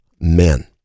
men